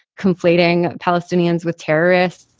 conflating palestinians with terrorists.